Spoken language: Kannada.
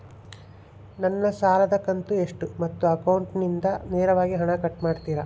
ನನ್ನ ಸಾಲದ ಕಂತು ಎಷ್ಟು ಮತ್ತು ಅಕೌಂಟಿಂದ ನೇರವಾಗಿ ಹಣ ಕಟ್ ಮಾಡ್ತಿರಾ?